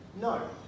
No